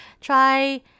Try